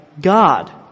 God